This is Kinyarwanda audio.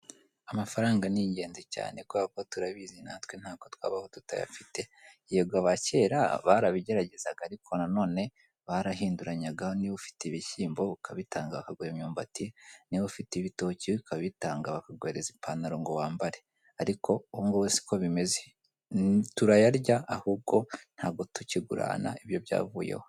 Amafaranga ni ingenzi cyane kubera ko turabizi natwe ntabwo twabaho tutayafite, yego aba kera barabigeragezaga ariko na none barahinduranyaga niba ufite ibishyimbo ukabitanga bakaguha imyumbati, niba ufite ibitoki ukabitanga bakaguhereza ipantaro ngo wambare, ariko ubu ngubu si ko bimeze. Turayarya ahubwo ntabwo tukigurana, ibyo byavuyeho.